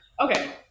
okay